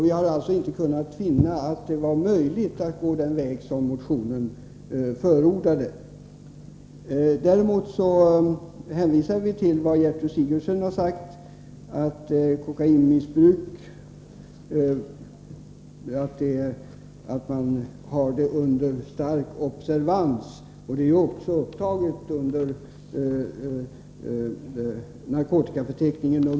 Vi har alltså inte kunnat finna det möjligt att gå den väg som motionärerna förordat. Vi hänvisar däremot till vad Gertrud Sigurdsen har sagt, nämligen att regeringen har kokainmissbruket under stark observans. Kokain är också upptaget på narkotikaförteckning II.